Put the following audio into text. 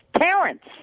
Parents